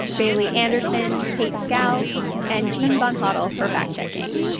bailey anderson, kate scow and jean bonhotal for fact-checking.